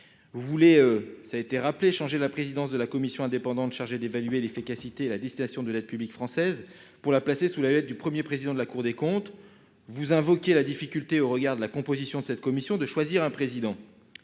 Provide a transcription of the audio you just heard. vous voulez, madame la ministre, modifier la présidence de la commission indépendante chargée d'évaluer l'efficacité et la destination de l'aide publique française pour placer ladite commission sous la présidence du Premier président de la Cour des comptes. Vous invoquez la difficulté, au regard de la composition de cette commission, de choisir un président,